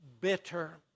bitter